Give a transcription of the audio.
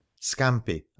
scampi